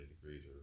degrees